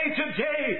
today